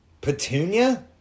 Petunia